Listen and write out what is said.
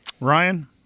Ryan